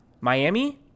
miami